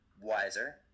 wiser